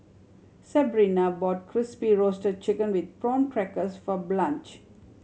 Sebrina brought Crispy Roasted Chicken with Prawn Crackers for Blanch